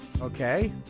Okay